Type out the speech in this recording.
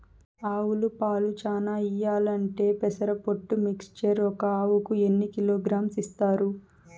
ఆవులు పాలు చానా ఇయ్యాలంటే పెసర పొట్టు మిక్చర్ ఒక ఆవుకు ఎన్ని కిలోగ్రామ్స్ ఇస్తారు?